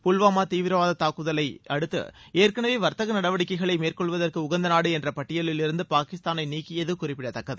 புல்வாமா தீவிரவாத தூக்குதலையடுத்து ஏற்கனவே வர்த்தக நடவடிக்கைகளை மேற்கொள்வதற்கு உகந்த நாடு என்ற பட்டியலிலிருந்து பாகிஸ்தானை நீக்கியது குறிப்பிடத்தக்கது